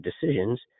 decisions